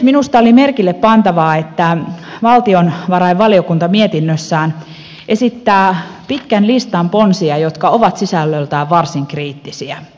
minusta oli merkillepantavaa että valtiovarainvaliokunta mietinnössään esittää pitkän listan ponsia jotka ovat sisällöltään varsin kriittisiä